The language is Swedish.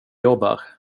jobbar